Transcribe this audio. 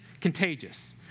contagious